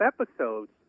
episodes